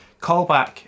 callback